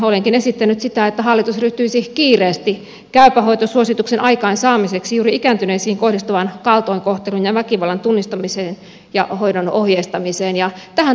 olenkin esittänyt sitä että hallitus ryhtyisi kiireesti toimiin käypä hoito suosituksen aikaansaamiseksi juuri ikääntyneisiin kohdistuvan kaltoinkohtelun ja väkivallan tunnistamisesta ja hoidon ohjeistamisesta ja tähän tarvitaan resursseja